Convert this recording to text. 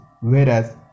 whereas